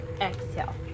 exhale